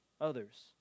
others